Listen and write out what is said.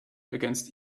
against